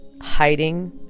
hiding